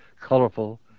colorful